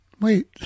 wait